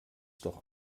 doch